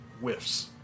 Whiffs